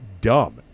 dumb